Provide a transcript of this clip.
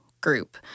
group